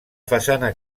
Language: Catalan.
façana